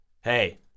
hey